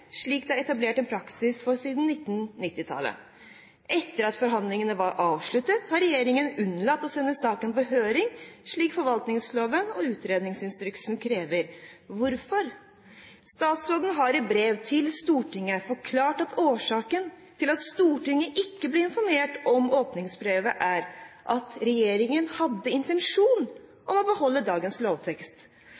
slik det er etablert praksis for siden 1990-tallet. Etter at forhandlingene var avsluttet, har regjeringen unnlatt å sende saken på høring slik forvaltningsloven og utredningsinstruksen krever. Hvorfor? Statsråden har i brev til Stortinget forklart at årsaken til at Stortinget ikke ble informert om åpningsbrevet, er at regjeringen hadde intensjon